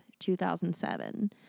2007